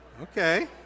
Okay